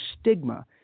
stigma